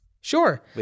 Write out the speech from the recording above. Sure